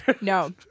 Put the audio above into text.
No